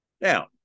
Now